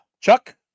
Chuck